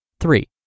Three